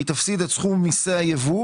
היא תפסיד את סכום מיסי הייבוא